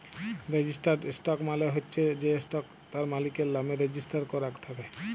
registered stock মালে চ্ছ যে স্টক তার মালিকের লামে রেজিস্টার করাক থাক্যে